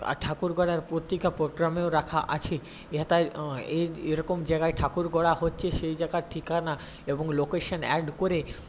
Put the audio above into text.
ঠাকুর গড়ার পত্রিকা পোগ্রামেও রাখা আছে এহা তাই এ এরকম জায়গায় ঠাকুর গড়া হচ্ছে সেই জায়াগার ঠিকানা এবং লোকেশান অ্যাড করে